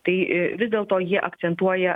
tai vis dėlto jie akcentuoja